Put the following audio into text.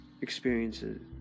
experiences